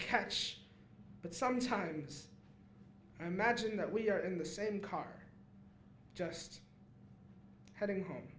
catch but sometimes i imagine that we are in the same car just heading home